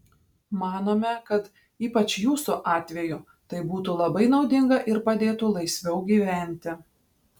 manome kad ypač jūsų atveju tai būtų labai naudinga ir padėtų laisviau gyventi